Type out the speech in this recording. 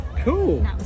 Cool